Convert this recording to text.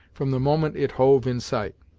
from the moment it hove in sight,